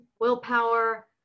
willpower